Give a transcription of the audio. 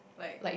like ugh